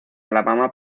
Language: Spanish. alabama